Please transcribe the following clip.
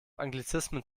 anglizismen